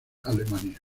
alemania